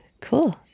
cool